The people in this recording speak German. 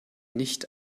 nicht